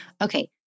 Okay